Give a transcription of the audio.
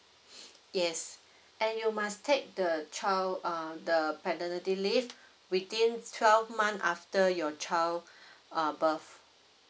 yes and you must take the child uh the paternity leave within twelve months after your child uh birth